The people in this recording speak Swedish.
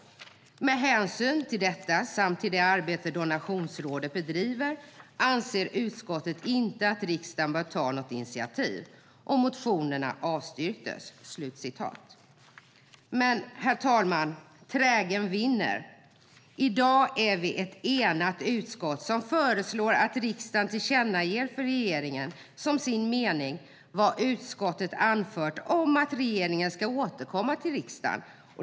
Med hänsyn till detta samt till det arbete Donationsrådet bedriver anser utskottet inte att riksdagen bör ta något initiativ. Motionerna avstyrks." Men, herr talman, trägen vinner. I dag är vi ett enat utskott som föreslår att riksdagen tillkännager för regeringen som sin mening vad utskottet har anfört om att regeringen ska återkomma till riksdagen.